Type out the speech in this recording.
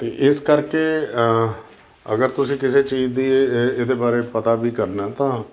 ਅਤੇ ਇਸ ਕਰਕੇ ਅਗਰ ਤੁਸੀਂ ਕਿਸੇ ਚੀਜ਼ ਦੀ ਇ ਇਹਦੇ ਬਾਰੇ ਪਤਾ ਵੀ ਕਰਨਾ ਤਾਂ